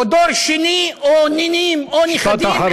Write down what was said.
או דור שני, או נינים, או נכדים,